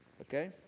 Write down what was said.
Okay